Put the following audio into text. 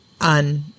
on